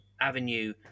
avenue